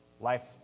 life